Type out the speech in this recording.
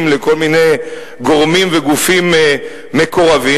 לכל מיני גורמים וגופים מקורבים,